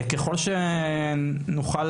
ככל שנוכל